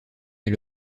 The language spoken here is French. est